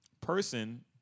person